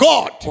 God